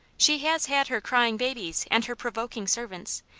she has had her crying babies, and her provoking servants,